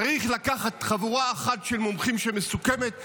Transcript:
צריך לקחת חבורה אחת של מומחים שמסוכמת,